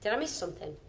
so i miss something?